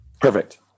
Perfect